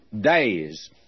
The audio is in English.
days